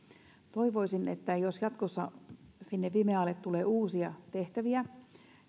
toivoisin että jos jatkossa fimealle tulee uusia tehtäviä